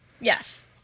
Yes